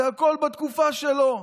זה הכול בתקופה שלו.